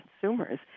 consumers